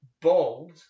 bald